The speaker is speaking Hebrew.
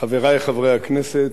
חברי חברי הכנסת,